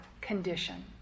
condition